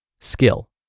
skill